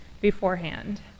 beforehand